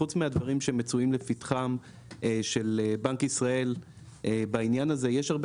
חוץ מהדברים שמצויים לפתחם של בנק ישראל בעניין הזה יש הרבה